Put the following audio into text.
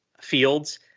fields